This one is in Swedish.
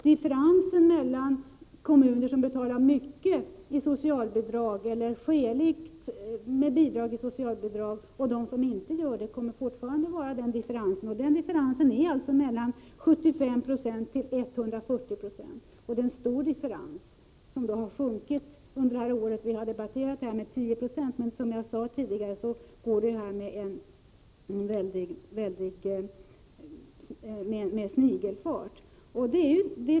Differensen mellan kommuner som betalar mycket i socialbidrag — eller rättare sagt har skälig storlek på socialbidraget — och de som inte gör det kommer fortfarande att finnas kvar. Spännvidden är mellan 75 och 140 96, vilket är en stor differens. Under det år då vi diskuterat frågan har visserligen skillnaden minskat med 10 26, men som jag sade tidigare går det med snigelfart.